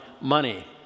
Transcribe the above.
money